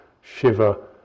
shiver